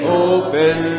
open